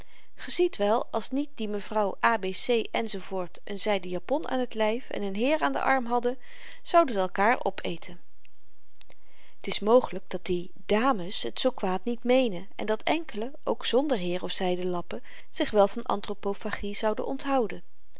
ge ziet wel als niet die mevr a b c enz n zyden japon aan t lyf en n heer aan den arm hadden zouden ze elkaar opeten t is mogelyk dat die dames t zoo kwaad niet meenen en dat enkelen ook zonder heer of zyden lappen zich wel van anthropofagie zouden onthouden